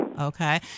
Okay